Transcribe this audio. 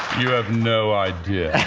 you have no idea.